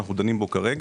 שאנחנו דנים בו כרגע,